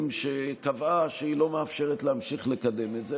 שקבעה שהיא לא מאפשרת להמשיך לקדם את זה,